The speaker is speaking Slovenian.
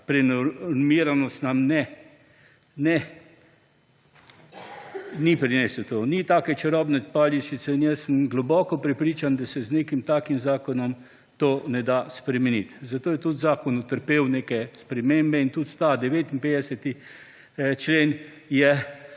prenormiranost nam ne, ni prinesel to. Ni take čarobne paličice in jaz sem globoko prepričan, da se z nekim takim zakonom to ne da spremeniti. Zato je tudi zakon utrpel neke spremembe in tudi ta 59. člen je